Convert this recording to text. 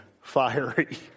fiery